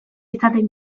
izaten